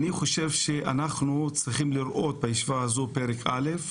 אני חושב שאנחנו צריכים לראות בישיבה הזאת פרק א',